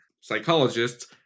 psychologists